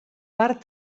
part